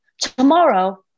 Tomorrow